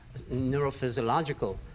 neurophysiological